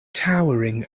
towering